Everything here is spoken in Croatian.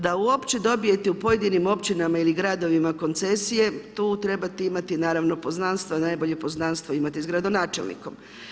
Da uopće dobijete u pojedinim općinama ili gradovima koncesije, tu trebate imati naravno poznanstva, najbolje poznanstvo je imati s gradonačelnikom.